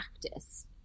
practice